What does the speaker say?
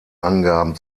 angaben